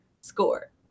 score